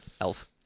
Elf